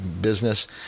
Business